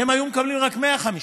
שהיו מקבלים רק 150,